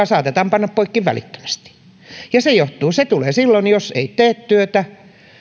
saatetaan panna poikki välittömästi ja se tulee silloin jos ei tee työtä